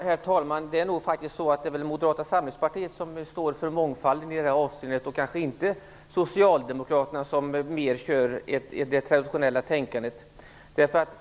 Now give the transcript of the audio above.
Herr talman! Det är väl Moderata samlingspartiet som står för mångfalden i detta avseende - kanske inte Socialdemokraterna, som mera kör med traditionellt tänkande.